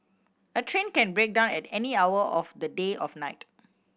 a train can break down at any hour of the day of night